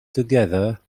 together